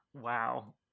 wow